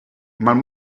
man